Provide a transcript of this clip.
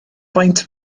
faint